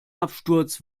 absturz